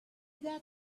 that